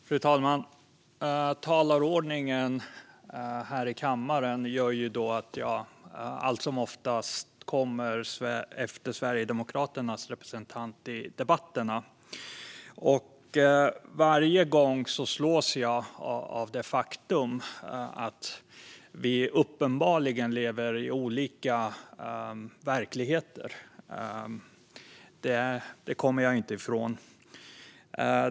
Fru talman! Talarordningen här i kammaren gör att jag allt som oftast kommer efter Sverigedemokraternas representant i debatterna. Varje gång slås jag av det faktum att vi uppenbarligen lever i olika verkligheter. Det kommer jag inte ifrån.